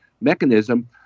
mechanism